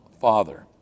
father